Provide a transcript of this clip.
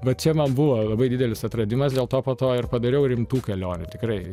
vat čia man buvo labai didelis atradimas dėl to po to ir padariau rimtų kelionių tikrai